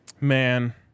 man